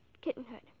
kittenhood